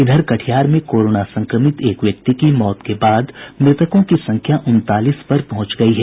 इधर कटिहार में कोरोना संक्रमित एक व्यक्ति की मौत के बाद मृतकों की संख्या उनतालीस पर पहुंच गयी है